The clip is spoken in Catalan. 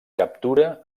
captura